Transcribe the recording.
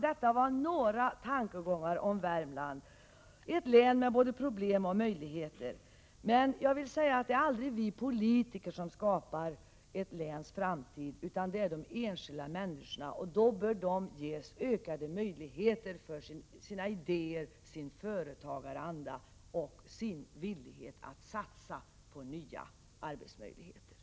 Detta var några tankar om Värmland, ett län med både problem och möjligheter. Jag vill säga att det aldrig är vi politiker som skapar ett läns framtid, utan det är de enskilda människorna. Därför bör också dessa ges ökade möjligheter för sina idéer, sin företagaranda och villighet att satsa på nya arbetsmöjligheter.